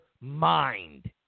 mind